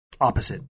opposite